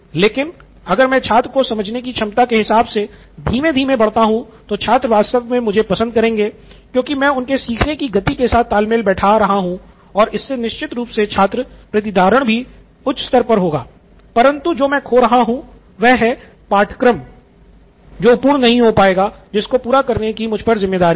लेकिन अगर मैं छात्र के समझने की क्षमता के हिसाब से धीमे धीमे आगे बढ़ता हूं तो छात्र वास्तव में मुझे पसंद करेंगे क्योंकि मैं उनके सीखने की गति के साथ तालमेल बैठा रहा हूं और इससे निश्चित रूप से छात्र प्रतिधारण भी उच्च स्तर पर होगा परन्तु मैं जो खो रहा हूं वह है पाठ्यक्रम जो पूर्ण नहीं हो पाएगा जिसको पूरा करने की मुझ पे ज़िम्मेदारी है